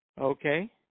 Okay